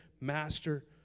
Master